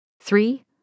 Three